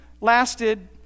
lasted